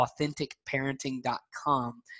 AuthenticParenting.com